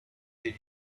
did